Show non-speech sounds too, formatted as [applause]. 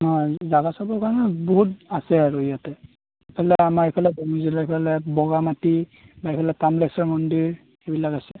হয় জাগা চাবৰ কাৰণে বহুত আছে আৰু ইয়াতে এইফালে আমাৰ এইফালে [unintelligible] এইফালে বগামাটি বা এইফালে কামেশ্বৰ মন্দিৰ সেইবিলাক আছে